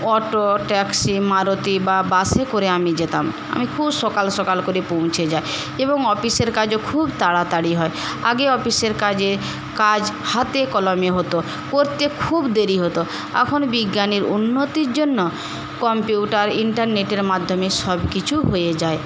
auto taxi Maruti বা বাসে করে আমি যেতাম আমি খুব সকাল সকাল করে পৌঁছে যাই এবং অফিসের কাজও খুব তাড়াতাড়ি হয় আগে অফিসের কাজে কাজ হাতে কলমে হত করতে খুব দেরি হত এখন বিজ্ঞানের উন্নতির জন্য কম্পিউটার ইন্টেরনেটের মাধ্যমে সব কিছু হয়ে যায়